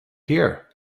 here